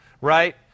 right